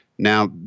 Now